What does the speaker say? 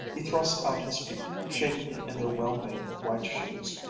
he thrust out his feet, shapely in their well-made white shoes,